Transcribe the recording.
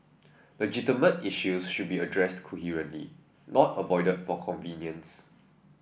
legitimate issues should be addressed coherently not avoided for convenience